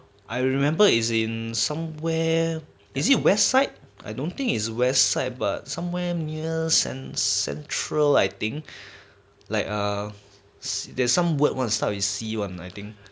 I remember is in some where is it west side I don't think is west side but somewhere near cen~ central I think like um there's some word one start with C one I think